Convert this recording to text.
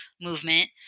movement